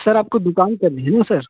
sir आपको दुकान करनी है सर